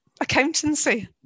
accountancy